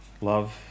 Love